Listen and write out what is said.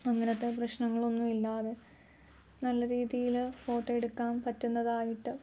അങ്ങനത്തെ പ്രശ്നങ്ങളൊന്നും ഇല്ലാതെ നല്ല രീതിയിൽ ഫോട്ടോ എടുക്കാൻ പറ്റുന്നതായിട്ട്